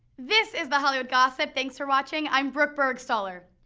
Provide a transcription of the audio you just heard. this is the hollywood gossip, thanks for watching, i'm brooke burgstahler.